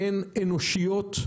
הן אנושיות,